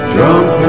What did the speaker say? Drunk